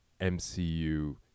MCU